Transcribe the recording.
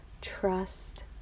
trust